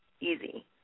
easy